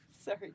Sorry